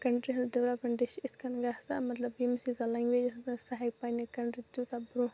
country ہٕنز development تہِ چھِ اِتھ کٔنۍ گَژھان مطلب ییٚمِس ییٖژاہ لٮ۪نگویج آسَن سُہ ہیکہِ پَننہِ کَنٹری تیوٗتاہ برونہہ